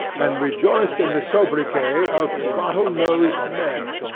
and rejoiced in the sobriquet of bottle-nosed ned.